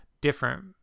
different